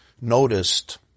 noticed